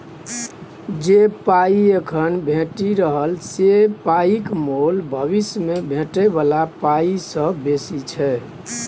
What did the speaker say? जे पाइ एखन भेटि रहल से पाइक मोल भबिस मे भेटै बला पाइ सँ बेसी छै